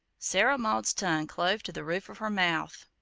sarah maud's tongue clove to the roof of her mouth.